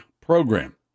program